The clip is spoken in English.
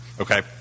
okay